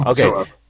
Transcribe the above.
Okay